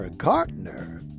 Gardner